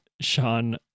Sean